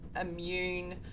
immune